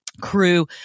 crew